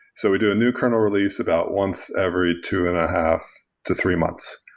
so we do a new kernel release about once every two and a half to three months,